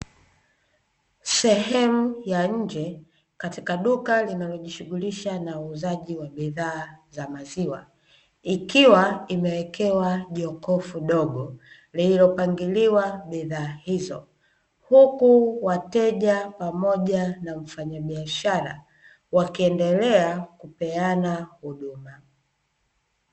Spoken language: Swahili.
Sehemu ya nje katika duka linalojishugulisha na uuzaji wa bidhaa za maziwa, ikiwa limewekewa jokofu dogo lililopangiliwa bidhaa hizo. Huku wateja pamoja na mfanyabiashara, wakiendelea kupeana huduma.